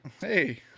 Hey